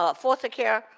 ah foster care,